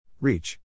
Reach